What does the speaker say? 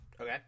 Okay